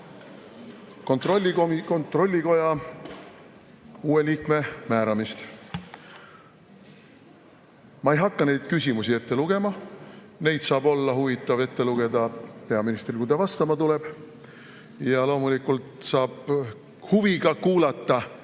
kontrollikoja uue liikme määramist. Ma ei hakka neid küsimusi ette lugema, neid saab olema huvitav ette lugeda peaministril, kui ta vastama tuleb. Ja loomulikult saame huviga kuulata